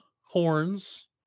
horns